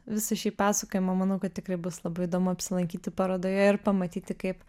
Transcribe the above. visą šį pasakojimą manau kad tikrai bus labai įdomu apsilankyti parodoje ir pamatyti kaip